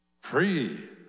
Free